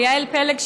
וליעל פלג,